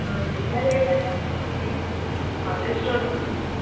हजुर मैले हो त्यस्तो